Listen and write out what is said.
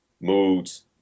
moods